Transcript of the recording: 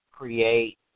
create